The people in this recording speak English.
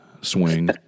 swing